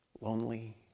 lonely